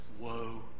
woe